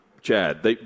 chad